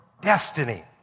destiny